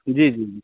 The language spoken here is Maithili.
जी जी जी